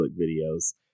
videos